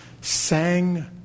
sang